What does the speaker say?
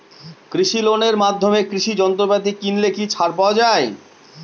কৃষি লোনের মাধ্যমে কৃষি যন্ত্রপাতি কিনলে কি ছাড় পাওয়া যায়?